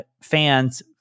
fans